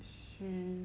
谁